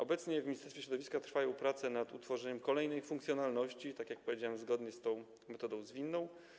Obecnie w Ministerstwie Środowiska trwają prace nad utworzeniem kolejnej funkcjonalności, tak jak powiedziałem, zgodnie z tą metodą zwinną.